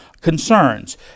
concerns